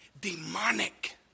Demonic